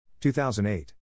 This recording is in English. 2008